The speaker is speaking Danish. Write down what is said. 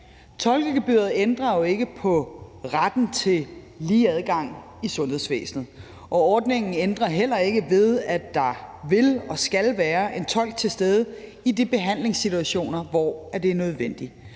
Tolkegebyret ændrer jo ikke på retten til lige adgang i sundhedsvæsenet, og ordningen ændrer heller ikke ved, at der vil og skal være en tolk til stede i de behandlingssituationer, hvor det er nødvendigt.